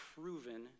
proven